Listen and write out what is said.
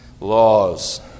laws